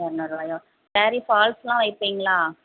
எரநூறுபாயா ஸேரீ ஃபால்ஸுலாம் வைப்பீங்களா